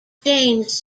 chains